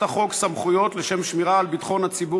חוק סמכויות לשם שמירה על ביטחון הציבור